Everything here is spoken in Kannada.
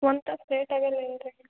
ಒಂದ್ ತಾಸು ಲೇಟ್ ಆಗೋಲ್ಲ ಏನು ರೀ